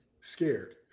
Scared